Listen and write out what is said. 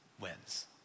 wins